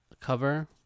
cover